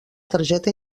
targeta